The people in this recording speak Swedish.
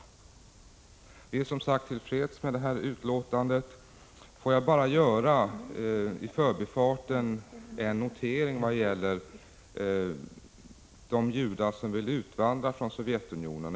Vi är som sagt till freds med utskottsbetänkandet, och jag vill bara i förbifarten göra en notering när det gäller de judar som vill utvandra från Sovjetunionen.